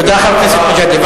תודה, חבר הכנסת מג'אדלה.